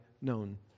known